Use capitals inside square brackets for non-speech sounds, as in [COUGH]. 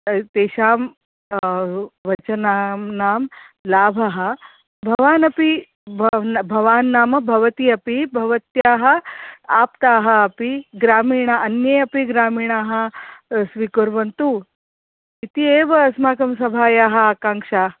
[UNINTELLIGIBLE] तेषां वचानानां लाभः भवानपि भव् भवान् नाम भवती अपि भवत्याः आप्ताः अपि ग्रामीणाः अन्ये अपि ग्रामीणाः स्वीकुर्वन्तु इति एव अस्माकं सभायाः आकाङ्क्षा